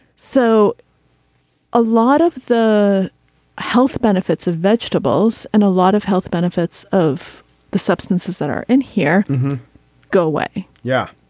so a lot of the health benefits of vegetables and a lot of health benefits of the substances that are in here go away. yeah.